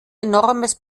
enormes